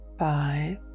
Five